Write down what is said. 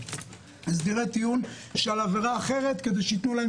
הסדרי טיעון על עבירה אחרת כדי שייתנו להם